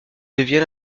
devient